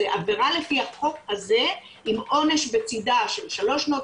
זו עבירה לפי החוק הזה עם עונש בצדה של שלוש שנות